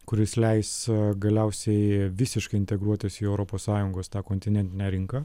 kuris leis galiausiai visiškai integruotis į europos sąjungos tą kontinentinę rinką